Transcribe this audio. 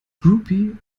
groupie